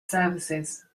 services